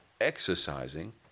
exercising